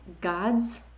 God's